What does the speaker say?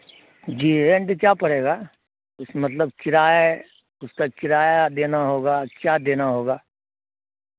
جی rent کیا پڑے گا اس مطلب کرایہ اس کا کرایہ دینا ہوگا کیا دینا ہوگا